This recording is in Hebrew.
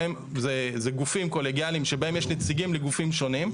זה גופים קולגיאליים שבהם יש נציגים לגופים שונים.